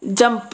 jump